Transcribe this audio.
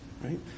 right